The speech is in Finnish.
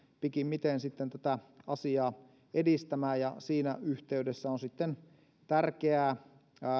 pikimmiten sitten tätä asiaa edistämään ja siinä yhteydessä on sitten tärkeää